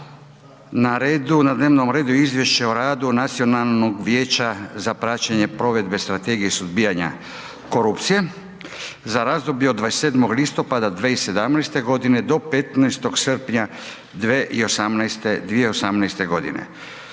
Na dnevnom redu: - Izvješće o radu Nacionalnog vijeća za praćenje provedbe Strategije suzbijanja korupcije za razdoblje od 27. listopada 2017. godine do 15. srpnja 2018. godine